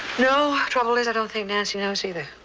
no. trouble is i don't think nancy knows either.